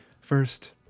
first